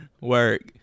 Work